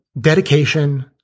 dedication